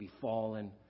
befallen